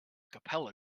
capella